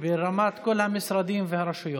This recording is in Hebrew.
ברמת כל המשרדים והרשויות.